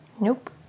Nope